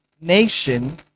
nation